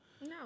No